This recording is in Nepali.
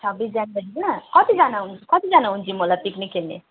छब्बिस जनवरीतिर कतिजना कतिजना हुन्छौँ होला पिकनिक खेल्ने